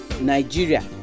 nigeria